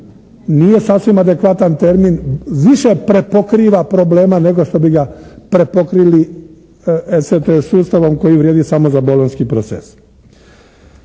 nije sasvim adekvatan termin više prepokriva problema nego što bi ga prepokrili ECTS sustavom koji vrijedi samo za Bolonjski proces.